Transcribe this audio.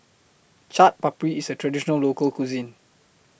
Chaat Papri IS A Traditional Local Cuisine